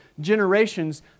generations